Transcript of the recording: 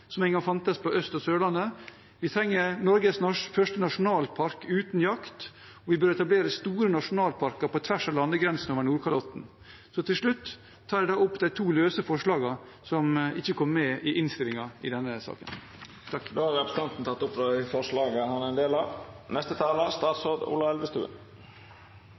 som en gang fantes på Østlandet og Sørlandet. Vi trenger Norges første nasjonalpark uten jakt. Og vi bør etablere store nasjonalparker på tvers av landegrensene på Nordkalotten. Til slutt tar jeg opp de to forslagene fra Miljøpartiet De Grønne som ikke kom med i innstillingen. Då har representanten Per Espen Stoknes teke opp forslaga han